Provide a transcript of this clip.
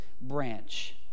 branch